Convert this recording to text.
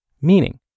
meaning